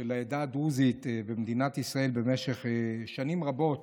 ישראל במשך שנים רבות,